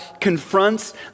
confronts